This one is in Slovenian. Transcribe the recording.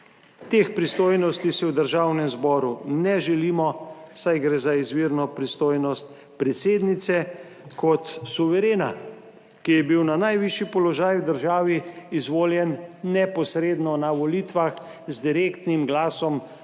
Teh pristojnosti si v Državnem zboru ne želimo, saj gre za izvirno pristojnost predsednice kot suverena, ki je bil na najvišji položaj v državi izvoljen neposredno na volitvah z direktnim glasom